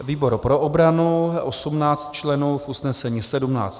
Výbor pro obranu, 18 členů, v usnesení 17.